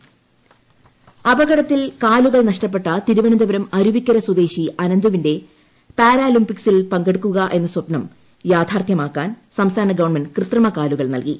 V Care പദ്ധതി അപകടത്തിൽ കാലുകൾ നഷ്ടപ്പെട്ട തിരുവനന്തപുരം അരുവിക്കര സ്വദേശി അനന്തുവിന്റെ പാരാലിംപിക്സിൽ പങ്കെടുക്കുകയെന്ന സ്വപ്നം യാഥാർത്ഥ്യമാക്കാൻ സംസ്ഥാന ഗവൺമെന്റ് കൃത്രിമ കാലുകൾ നൽകി